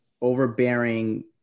overbearing